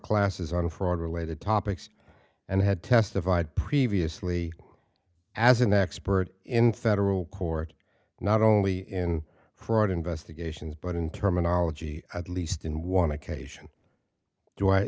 classes on fraud related topics and had testified previously as an expert in federal court not only in fraud investigations but in terminology at least in want to cation do i